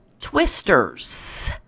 Twisters